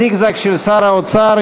הזיגזג של שר האוצר,